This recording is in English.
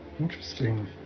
Interesting